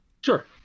Sure